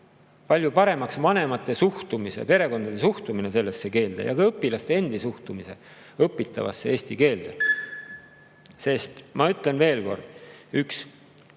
palju paremaks vanemate suhtumise, perekondade suhtumise sellesse keelde ja ka õpilaste endi suhtumise õpitavasse eesti keelde. Sest ma ütlen veel kord: üks